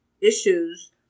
issues